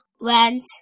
went